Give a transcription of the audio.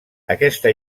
aquesta